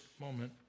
moment